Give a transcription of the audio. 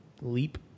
leap